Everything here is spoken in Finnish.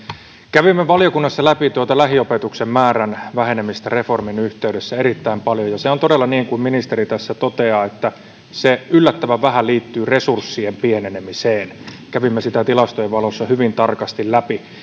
kävimme valiokunnassa läpi tuota lähiopetuksen määrän vähenemistä reformin yhteydessä erittäin paljon se on todella niin kuin ministeri tässä toteaa että se yllättävän vähän liittyy resurssien pienenemiseen kävimme sitä tilastojen valossa hyvin tarkasti läpi